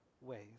ways